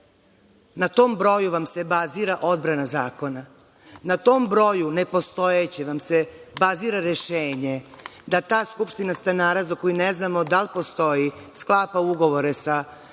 tom broju vam se bazira odbrana zakona. Na tom nepostojećem broju vam se bazira rešenje da ta skupština stanara, za koju ne znamo da li postoji, sklapa ugovore sa upravnicima.